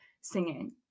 singing